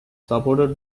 supported